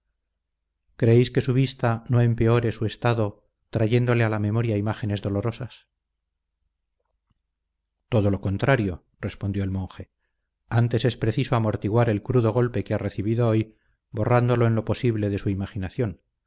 creéis que su vista no empeore su estado trayéndole a la memoria imágenes dolorosas todo lo contrario respondió el monje antes es preciso amortiguar el crudo golpe que ha recibido hoy borrándolo en lo posible de su imaginación